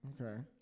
okay